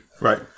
Right